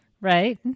right